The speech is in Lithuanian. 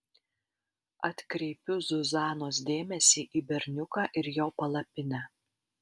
atkreipiu zuzanos dėmesį į berniuką ir jo palapinę